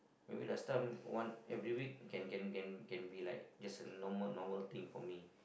I mean last time one every week can can can be like there's a normal normal thing for me